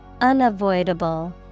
Unavoidable